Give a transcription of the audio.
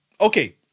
okay